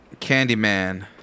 Candyman